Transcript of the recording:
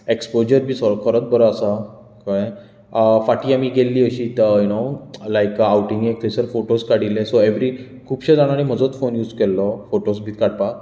exposure बीन खरोच बरो आसा कळ्ळें फाटीं आमी गेल्लीं अशींत यु नो लायक आवटींगेक थंयसर फोटोस काडिल्ले सो एवरी खूबश्या जाणांनी म्हजोच फोन यूस केल्लो फोटोस बीन काडपाक